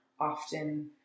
often